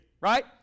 right